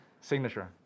signature